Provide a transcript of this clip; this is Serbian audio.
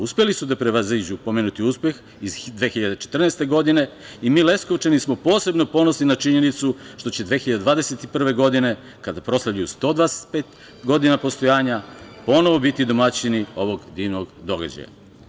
Uspeli su da prevaziđu pomenuti uspeh iz 2014. godine i mi Leskovčani smo posebno ponosni na činjenicu što će 2021. godine, kada proslavimo 125 godina postojanja, ponovo biti domaćini ovog divnog događaja.